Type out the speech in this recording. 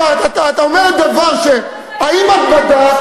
לא, את אומרת דבר, האם את בדקת,